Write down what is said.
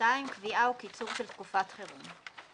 "קביעה או קיצור של תקופת חירום,